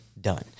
done